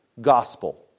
gospel